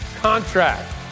contract